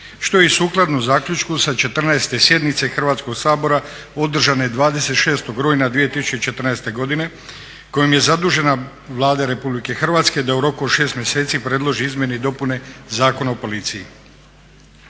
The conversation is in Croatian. što je i sukladno zaključku sa 14. sjednice Hrvatskog sabora održane 26. rujna 2014. godine kojim je zadužena Vlada Republike Hrvatske da u roku od 6 mjeseci predloži izmjene i dopune Zakona o policiji.